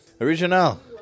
Original